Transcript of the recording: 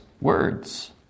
words